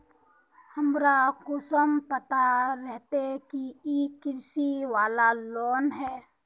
हमरा कुंसम पता रहते की इ कृषि वाला लोन है?